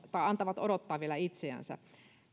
antavat odottaa vielä itseänsä